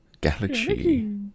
Galaxy